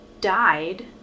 died